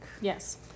Yes